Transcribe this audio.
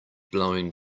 blowing